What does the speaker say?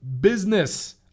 business